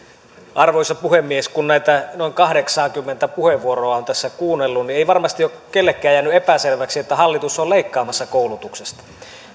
arvoisa puhemies kun näitä noin kahdeksaakymmentä puheenvuoroa on tässä kuunnellut niin ei varmasti ole kenellekään jäänyt epäselväksi että hallitus on leikkaamassa koulutuksesta